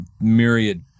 myriad